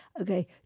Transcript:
okay